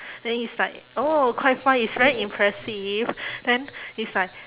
then is like oh quite fun is very impressive then is like